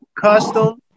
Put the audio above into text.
custom